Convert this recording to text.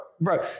bro